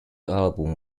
album